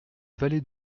valet